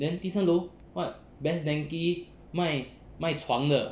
then 第三楼 [what] best denki 卖卖床的